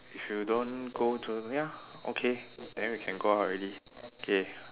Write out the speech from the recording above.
if you don't go to ya okay then we can go out already K